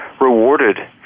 rewarded